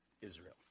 Israel